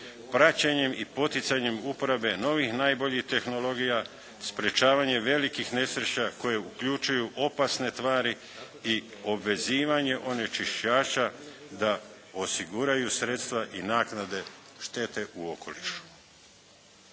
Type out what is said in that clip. paćenjem i poticanjem uprave novih najboljih tehnologija, sprječavanje velikih nesreća koje uključuju opasne tvari i obvezivanja onečišćaća da osiguraju sredstva i naknade štete u okolišu.